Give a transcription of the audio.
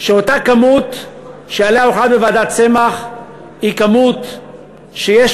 שאותה כמות שעליה הוחלט בוועדת צמח היא כמות שיש